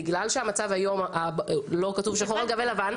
בגלל שהמצב היום לא כתוב שחור על גבי לבן,